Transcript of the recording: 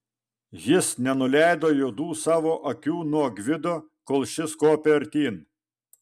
jis nenuleido juodų savo akių nuo gvido kol šis kopė artyn